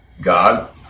God